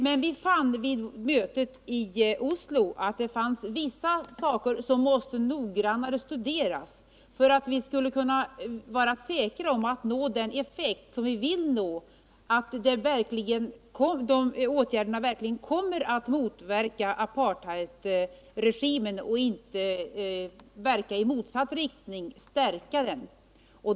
Men vid mötet i Oslo fann vi att vissa frågor behövde studeras noggrannare för att vi skulle kunna vara säkra på att nå den effekt som vi vill nå, nämligen att åtgärderna verkligen kommer att motverka apartheidregimen och inte stärka den.